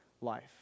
life